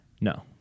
No